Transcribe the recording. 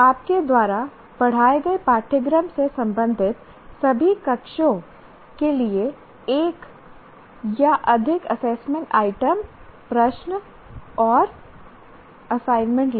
आपके द्वारा पढ़ाए गए पाठ्यक्रम से संबंधित सभी कक्षों के लिए एक या अधिक एसेसमेंट आइटम प्रश्न और असाइनमेंट लिखें